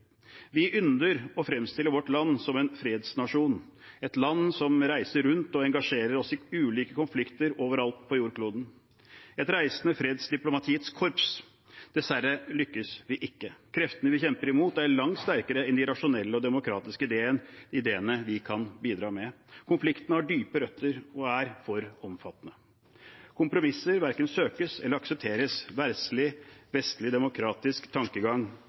Vi ynder å fremstille vårt land som en fredsnasjon, et land som reiser rundt og engasjerer seg i ulike konflikter overalt på jordkloden, et reisende fredsdiplomatiets korps. Dessverre lykkes vi ikke. Kreftene vi kjemper imot, er langt sterkere enn de rasjonelle og demokratiske ideene vi kan bidra med. Konfliktene har dype røtter og er for omfattende. Kompromisser verken søkes eller aksepteres. Verdslig, vestlig demokratisk tankegang